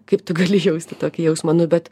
kaip tu gali jausti tokį jausmą nu bet